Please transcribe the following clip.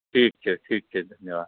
ठीक छै ठीक छै धन्यवाद